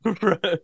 right